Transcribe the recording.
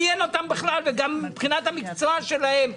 מבחינת המקצוע שלהם,